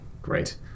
Great